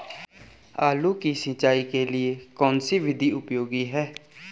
आलू की सिंचाई के लिए कौन सी विधि उपयोगी है?